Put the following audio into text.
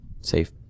safe